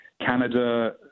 Canada